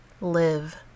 Live